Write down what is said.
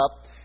up